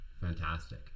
fantastic